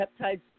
Peptides